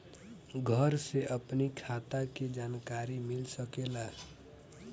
घर से अपनी खाता के जानकारी मिल सकेला?